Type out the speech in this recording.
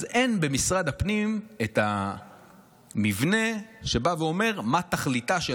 אין במשרד הפנים את המבנה שבא ואומר מה תכליתה של